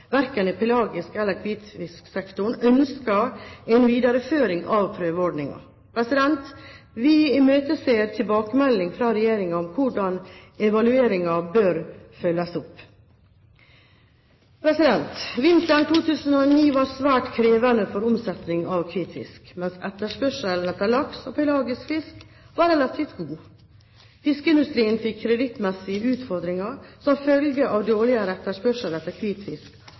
verken i pelagisk sektor eller i hvitfisksektoren, ønsker en videreføring av prøveordningen. Vi imøteser tilbakemelding fra Regjeringen om hvordan evalueringen bør følges opp. Vinteren 2009 var svært krevende for omsetningen av hvitfisk, mens etterspørselen etter laks og pelagisk fisk var relativt god. Fiskeindustrien fikk kredittmessige utfordringer som følge av dårligere etterspørsel etter